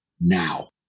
now